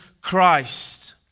Christ